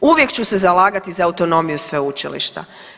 Uvijek ću se zalagati za autonomiju sveučilišta.